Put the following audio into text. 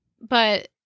But-